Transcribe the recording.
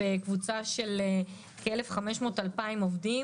בקבוצה של כ-1,500 2,000 עובדים,